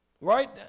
Right